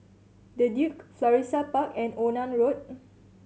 The Duke Florissa Park and Onan Road